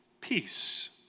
peace